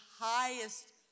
highest